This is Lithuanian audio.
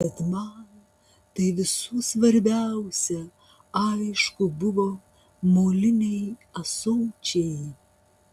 bet man tai visų svarbiausia aišku buvo moliniai ąsočiai